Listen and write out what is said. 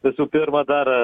visų pirma dar